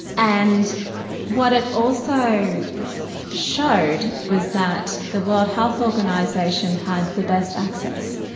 and what it also showed was that the world health organisation had the best access.